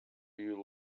you